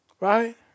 Right